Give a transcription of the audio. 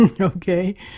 okay